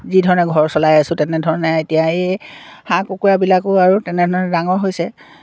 যি ধৰণে ঘৰ চলাই আছোঁ তেনেধৰণে এতিয়া এই হাঁহ কুকুৰাবিলাকো আৰু তেনেধৰণে ডাঙৰ হৈছে